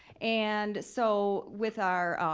and so with our